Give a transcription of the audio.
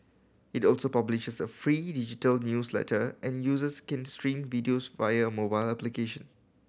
it also publishes a free digital newsletter and users can stream videos via a mobile application